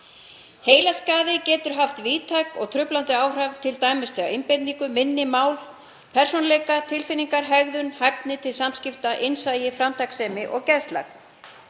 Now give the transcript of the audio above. Heilaskaði getur haft víðtæk og truflandi áhrif, t.d. á einbeitingu, minni, mál, persónuleika, tilfinningar, hegðun, hæfni til samskipta, innsæi, framtakssemi og geðslag.